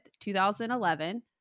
2011